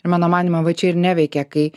mano manymu va čia ir neveikia kai